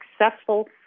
successful